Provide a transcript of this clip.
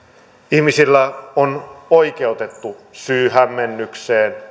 ihmisillä on oikeutettu syy hämmennykseen